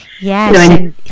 Yes